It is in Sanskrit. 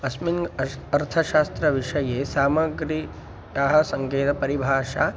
अस्मिन् अश् अर्थशास्त्रविषये सामग्री या सङ्केतपरिभाषा